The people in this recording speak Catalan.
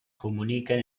comuniquen